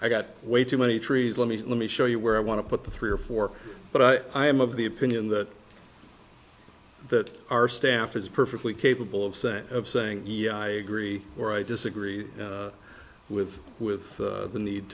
i got way too many trees let me let me show you where i want to put the three or four but i am of the opinion that that our staff is perfectly capable of saying of saying yes i agree or i disagree with with the need